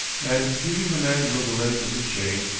and giving the mandril the length of his chain,